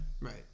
Right